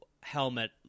helmet